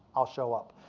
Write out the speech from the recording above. i'll show up.